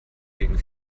gegen